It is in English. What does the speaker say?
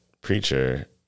preacher